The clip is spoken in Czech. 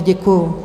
Děkuju.